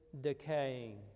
decaying